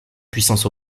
puissance